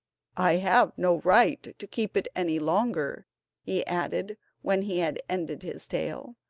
i have no right to keep it any longer he added when he had ended his tale,